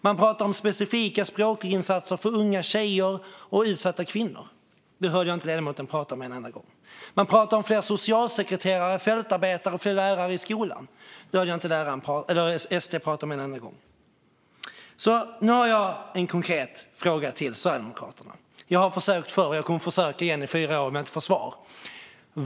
Det pratas om specifika språkinsatser för unga tjejer och utsatta kvinnor. Det hörde jag inte ledamoten prata om en enda gång. Det pratas om fler socialsekreterare, fältarbetare och fler lärare i skolan. Det hörde jag inte SD-ledamoten prata om en enda gång. Nu har jag en konkret fråga till Sverigedemokraterna. Jag har försökt förr, och jag kommer att försöka igen i fyra år om jag inte får svar.